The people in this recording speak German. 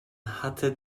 hatte